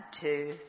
two